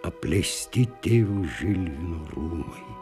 apleisti tėvų žilvin rūmai